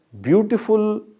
beautiful